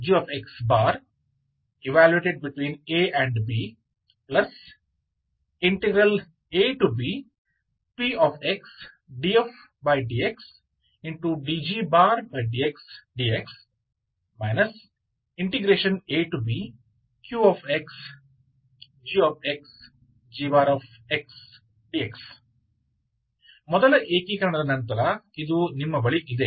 S pxdfdx gxb | a abpx dfdx dgdx dx abqxfxgx dx ಮೊದಲ ಏಕೀಕರಣದ ನಂತರ ಇದು ನಿಮ್ಮ ಬಳಿ ಇದೆ